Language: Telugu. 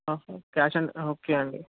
క్యాష్ ఎంత ఓకే అండి